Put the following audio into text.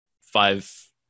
five